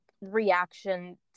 reaction